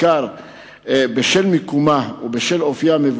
מבוקשת מאוד, בעיקר בשל מקומה ובשל אופיה.